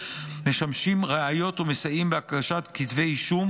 משמשים ראיות ומסייעים בהגשת כתבי אישום,